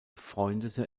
freundete